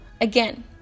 again